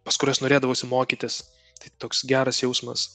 pas kuriuos norėdavosi mokytis tai toks geras jausmas